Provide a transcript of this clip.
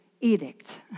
edict